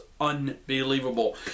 unbelievable